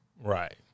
Right